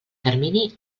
termini